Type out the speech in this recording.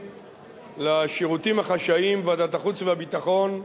לשירותים החשאיים בוועדת החוץ והביטחון,